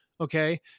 Okay